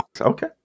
Okay